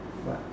but